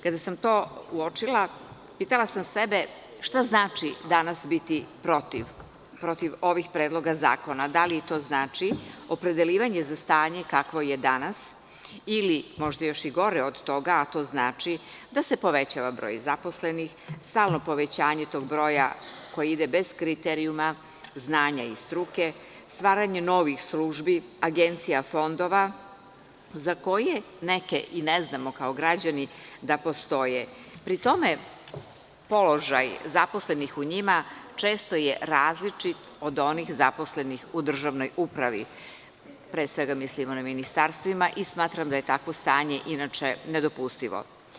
Kada sam to uočila, pitala sam sebe šta znači danas biti protiv ovih predloga zakona, da li i to znači opredeljivanje za stanje kakvo je danas ili možda još i gore od toga, a to znači da se povećava broj zaposlenih, stalno povećanje tog broja koji ide bez kriterijuma, znanja i struke, stvaranje novih službi, agencija, fondova, za koje neke i ne znamo kao građani da postoje, a pri tome položaj zaposlenih u njima često je različit od onih zaposlenih u državnoj upravi, pre svega mislimo na ministarstva i smatram da je takvo stanje inače nedopustivo.